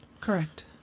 Correct